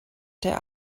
der